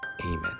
Amen